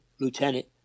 Lieutenant